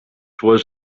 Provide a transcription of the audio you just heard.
was